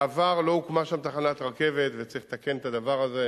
בעבר לא הוקמה שם תחנת רכבת וצריך לתקן את הדבר הזה,